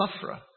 sufferer